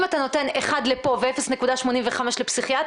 אם אתה נותן אחד לפה ו-0.85 לפסיכיאטריה,